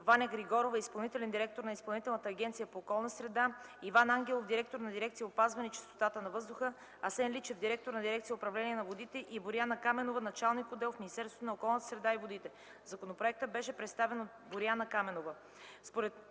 Ваня Григорова – изпълнителен директор на Изпълнителна агенция по околна среда, Иван Ангелов – директор на дирекция „Опазване чистотата на въздуха”, Асен Личев – директор на дирекция „Управление на водите”, и Боряна Каменова – началник отдел в Министерство на околната среда и водите. Законопроектът беше представен от Боряна Каменова.